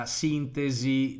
sintesi